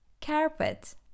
Carpet